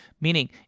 Meaning